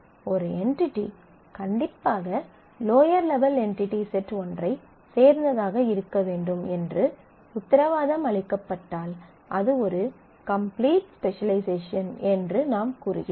ஒரு என்டிடி கண்டிப்பாக lower level entity set ஒன்றைச் சேர்ந்ததாக இருக்க வேண்டும் என்று உத்தரவாதம் அளிக்கப்பட்டால் அது ஒரு கம்ப்ளீட் ஸ்பெசலைசேஷன் என்று நாம் கூறுகிறோம்